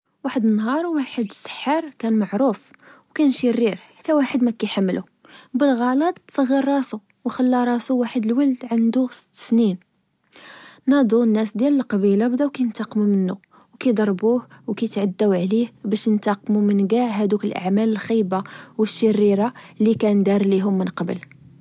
واحد النهار، واحد السحار كان معروف، وكان شرير، حتى واحد مكحملو، بالغلط صغر راسو، وخلا راسو واحد الولد عندو ست سنين، ناضو الناس ديال القبيلة بداو كنتاقمو منو، وكضربوه، وكتعداو عليه باش ينتاقمو من چاع هدوك الأعمال الخيبة و الشريرة لكان دار ليهم من قبل